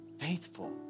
faithful